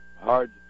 hard